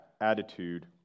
attitude